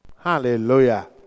Hallelujah